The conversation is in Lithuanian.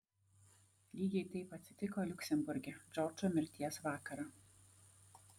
lygiai taip atsitiko liuksemburge džordžo mirties vakarą